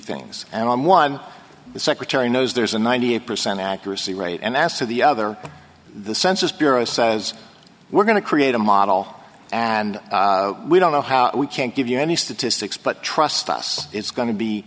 things and i'm one the secretary knows there's a ninety eight percent accuracy rate and asked of the other the census bureau says we're going to create a model and we don't know how we can give you any statistics but trust us it's going to be